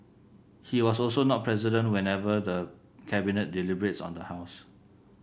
he was also not present whenever the Cabinet deliberates on the house